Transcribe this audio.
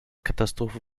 katastrophe